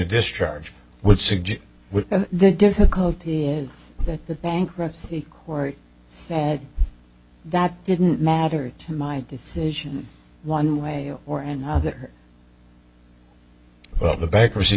discharge would suggest the difficulty is that the bankruptcy court said that didn't matter my decision one way or another but the bankruptcy